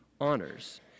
honors